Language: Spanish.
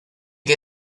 que